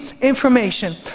information